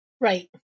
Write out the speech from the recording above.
Right